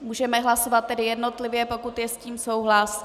Můžeme hlasovat tedy jednotlivě, pokud je s tím souhlas.